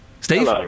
Steve